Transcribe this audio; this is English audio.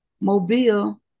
Mobile